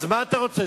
אז מה אתה רוצה,